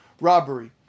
robbery